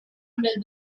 under